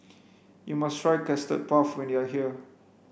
you must try custard puff when you are here